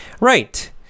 Right